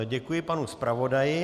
Děkuji panu zpravodaji.